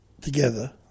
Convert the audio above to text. together